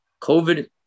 COVID